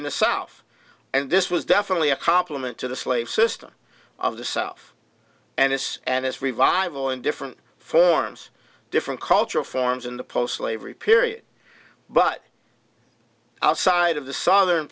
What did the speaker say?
in the south and this was definitely a complement to the slave system of the self and this and this revival in different forms different cultural forms in the post slavery period but outside of the southern